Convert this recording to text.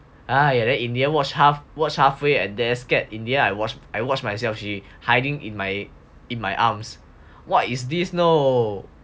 !aiya! in the end watch half watch halfway and then scared in the end I watch I watch myself she hiding in my in my arms what is this know